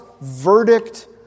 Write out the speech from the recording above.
verdict